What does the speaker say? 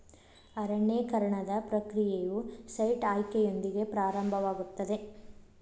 ಅರಣ್ಯೇಕರಣದ ಪ್ರಕ್ರಿಯೆಯು ಸೈಟ್ ಆಯ್ಕೆಯೊಂದಿಗೆ ಪ್ರಾರಂಭವಾಗುತ್ತದೆ